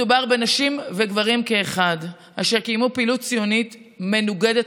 מדובר בנשים וגברים כאחד אשר קיימו פעילות ציונית מנוגדת